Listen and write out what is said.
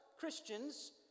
Christians